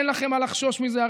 אין לכם מה לחשוש מזה,